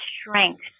strength